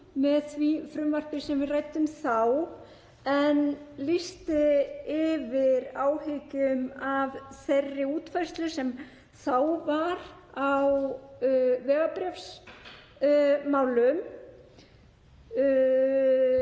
með því frumvarpi sem við ræddum þá en lýsti yfir áhyggjum af þeirri útfærslu sem þá var á vegabréfsmálum